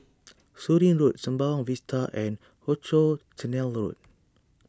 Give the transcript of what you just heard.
Surin Road Sembawang Vista and Rochor Canal Road